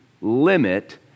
limit